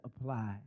apply